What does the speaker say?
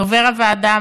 דובר הוועדה,